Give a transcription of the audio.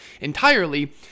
entirely